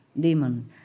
demon